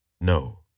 no